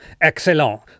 Excellent